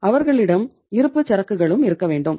அவர்களிடம் இருப்புச் சரக்குகளும் இருக்க வேண்டும்